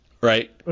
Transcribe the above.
right